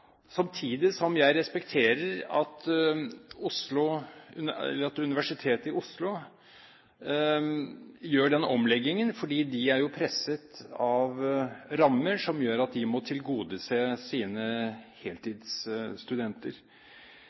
samtidig som jeg respekterer at Universitetet i Oslo gjør denne omleggingen, for de er jo presset av rammer som gjør at de må tilgodese sine heltidsstudenter.